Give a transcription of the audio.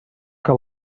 que